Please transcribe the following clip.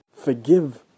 Forgive